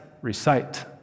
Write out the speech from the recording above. recite